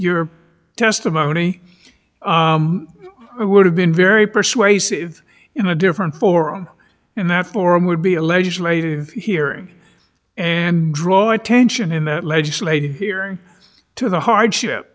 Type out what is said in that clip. your testimony who would have been very persuasive in a different forum in that forum would be a legislative hearing and draw attention in the legislative hearing to the hardship